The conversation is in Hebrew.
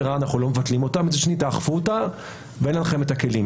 הוא לא המצב הכי טוב,